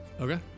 Okay